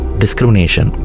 discrimination